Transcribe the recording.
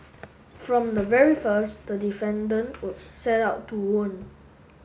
from the very first the defendant set out to wound